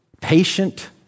Patient